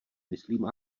myslím